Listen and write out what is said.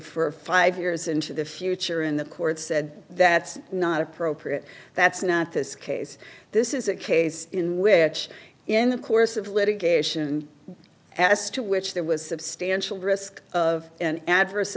for five years into the future in the courts said that's not appropriate that's not this case this is a case in which in the course of litigation as to which there was substantial risk of an adverse